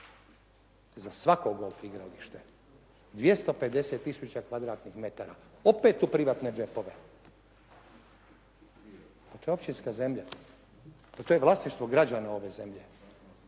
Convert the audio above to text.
za svako golf igralište, 250 tisuća kvadratnih metara opet u privatne džepove. To je općinska zemlja, pa to je vlasništvo građana ove zemlje.